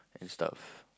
and stuff